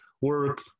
work